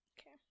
Okay